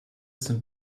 sind